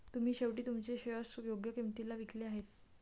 तुम्ही शेवटी तुमचे शेअर्स योग्य किंमतीला विकले आहेत